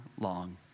long